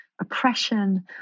oppression